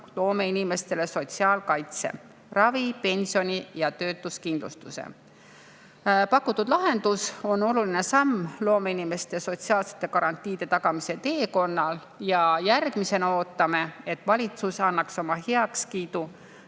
loomeinimestele sotsiaalkaitse: ravi, pensioni ja töötuskindlustuse. Pakutud lahendus on oluline samm loomeinimeste sotsiaalsete garantiide tagamise teekonnal. Järgmisena ootame, et valitsus annaks oma heakskiidu